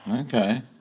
Okay